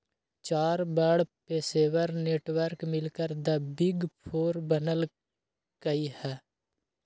चार बड़ पेशेवर नेटवर्क मिलकर द बिग फोर बनल कई ह